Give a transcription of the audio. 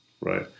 right